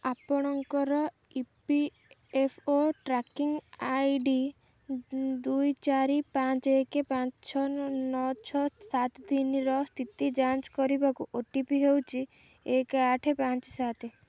ଆପଣଙ୍କର E P F O tracking I D ଦୁଇ ଚାରି ପାଞ୍ଚ ଏକ ପାଞ୍ଚ ଛଅ ନଅ ଛଅ ସାତ ତିନିର ସ୍ଥିତି ଯାଞ୍ଚ କରିବାକୁ ଓ ଟି ପି ହେଉଛି ଏକ ଆଠ ପାଞ୍ଚ ସାତ